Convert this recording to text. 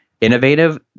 innovative